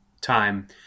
time